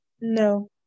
no